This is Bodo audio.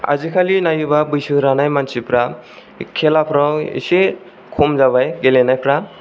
आजिखालि नायोबा बैसो रानाय मानसिफ्रा खेलाफ्राव एसे खम जाबाय गेलेनायफ्रा